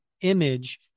image